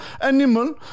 animal